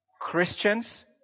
Christians